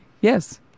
Yes